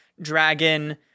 dragon